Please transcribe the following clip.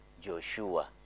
Joshua